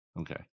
okay